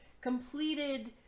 completed